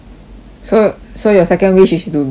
so so your second wish is to be happy lah